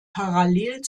parallel